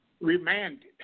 remanded